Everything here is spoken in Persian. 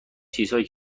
چیزهایی